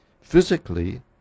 Physically